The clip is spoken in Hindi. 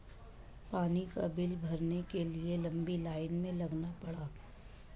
पानी का बिल भरने के लिए लंबी लाईन में लगना पड़ा